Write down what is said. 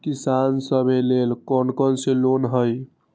किसान सवे लेल कौन कौन से लोने हई?